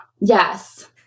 yes